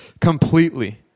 completely